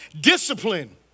discipline